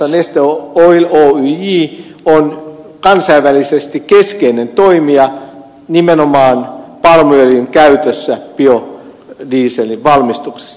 neste oil oyj on kansainvälisesti keskeinen toimija nimenomaan palmuöljyn käytössä biodieselin valmistuksessa